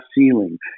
ceiling